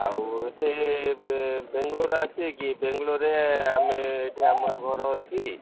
ଆଉ ଏଠି ବେଙ୍ଗାଲୋର ଆସିକିି ବେଙ୍ଗାଲୋରରେ ଆମେ ଏଠି ଆମର ଘର ଅଛି